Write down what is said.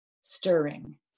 stirring